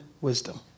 wisdom